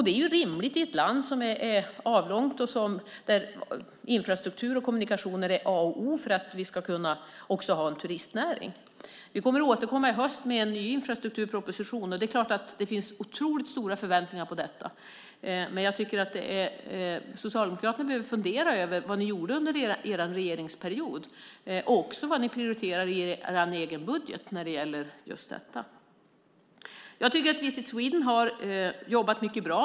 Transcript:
Det är rimligt i ett land som är avlångt och där infrastruktur och kommunikationer är A och O för att vi också ska kunna ha en turistnäring. Vi kommer i höst att återkomma med en ny infrastrukturproposition, och det är klart att det finns otroligt stora förväntningar på den. Men Socialdemokraterna behöver fundera över vad ni gjorde under er regeringsperiod och också vad ni prioriterar i er egen budget när det gäller just detta. Jag tycker att Visit Sweden har jobbat mycket bra.